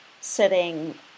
sitting